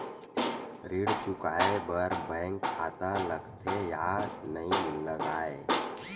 ऋण चुकाए बार बैंक खाता लगथे या नहीं लगाए?